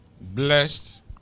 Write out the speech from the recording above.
Blessed